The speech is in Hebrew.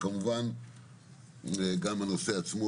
כמובן גם בנושא עצמו,